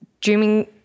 dreaming